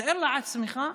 תאר לעצמך,